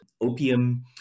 opium